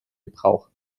gebrauch